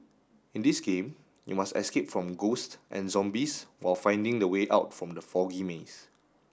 in this game you must escape from ghosts and zombies while finding the way out from the foggy maze